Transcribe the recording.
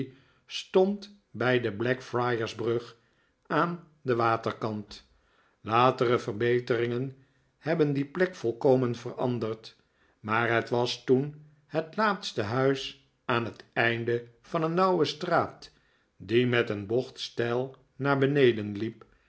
stond bij de blackfriars brug aan den waterkant latere verbeteringen hebben die plek volkomen veranderd maar het was toen het laatste huis aan het einde van een nauwe straat die met een bocht steil naar beneden liep